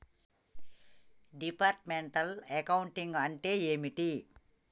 Departmental accounting అంటే ఏమిటి?